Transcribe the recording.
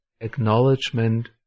acknowledgement